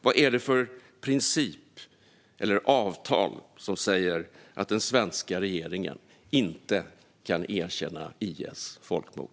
Vad är det för princip eller avtal som säger att den svenska regeringen inte kan erkänna IS folkmord?